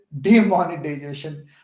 demonetization